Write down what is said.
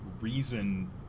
reason